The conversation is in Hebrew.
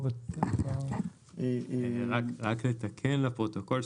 רק לתקן לפרוטוקול,